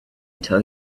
until